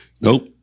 Nope